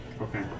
Okay